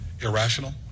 irrational